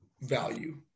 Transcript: value